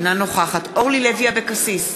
אינה נוכחת אורלי לוי אבקסיס,